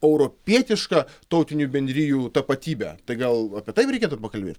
europietišką tautinių bendrijų tapatybę tai gal apie tai jum reikėtų pakalbėt